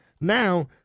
Now